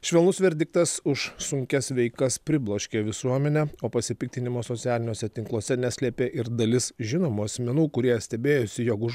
švelnus verdiktas už sunkias veikas pribloškė visuomenę o pasipiktinimo socialiniuose tinkluose neslėpė ir dalis žinomų asmenų kurie stebėjosi jog už